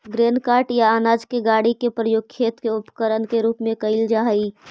grain cart या अनाज के गाड़ी के प्रयोग खेत के उपकरण के रूप में कईल जा हई